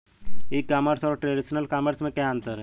ई commerce और traditional commerce में क्या अंतर है?